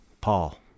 paul